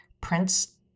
Prince